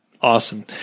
Awesome